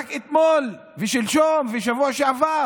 רק אתמול ושלשום ובשבוע שעבר